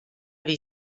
wie